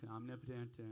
omnipotent